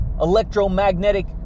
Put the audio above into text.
Electromagnetic